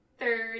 Third